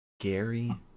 Gary